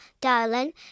darling